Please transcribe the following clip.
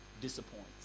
disappoints